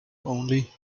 only